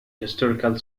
historical